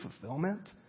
fulfillment